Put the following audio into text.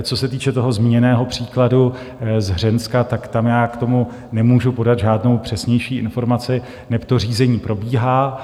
Co se týče toho zmíněného příkladu z Hřenska, tam k tomu nemůžu podat žádnou přesnější informaci, neb to řízení probíhá.